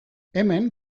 hemen